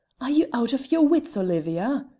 are you out of your wits, olivia?